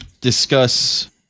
discuss